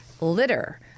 litter